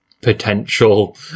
potential